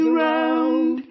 round